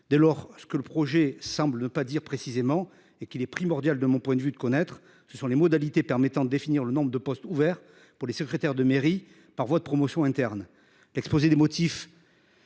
de. Or, ce que le projet semble pas dire précisément et qu'il est primordial de mon point de vue de connaître ce sont les modalités permettant de définir le nombre de postes ouverts pour les secrétaires de mairie par votre promotion interne l'exposé des motifs.